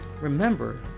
Remember